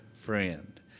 Friend